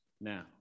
now